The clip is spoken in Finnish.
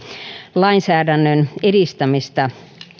lainsäädännön edistämistä